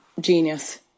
Genius